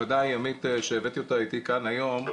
וודאי ימית שהבאתי אותה איתי כאן היום.